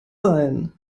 sein